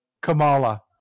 Kamala